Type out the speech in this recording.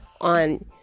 on